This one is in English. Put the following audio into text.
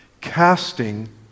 casting